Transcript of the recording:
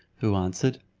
who answered,